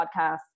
podcast